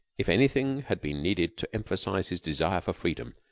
if anything had been needed to emphasize his desire for freedom,